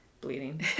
bleeding